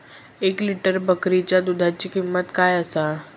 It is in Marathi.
एक लिटर बकरीच्या दुधाची किंमत काय आसा?